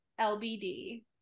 LBD